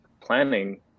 planning